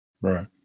Right